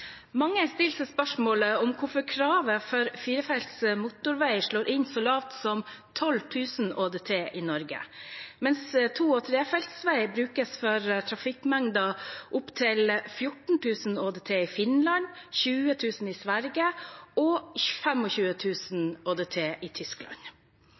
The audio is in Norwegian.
Mange stiller seg spørsmålet hvorfor kravet for firefelts motorvei slår inn så lavt som 12 000 ÅDT i Norge, mens to- og trefeltsvei brukes for trafikkmengder opp til 14 000 ÅDT i Finland, 20 000 ÅDT i Sverige og